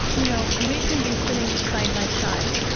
you know, we can be sitting side-by-side,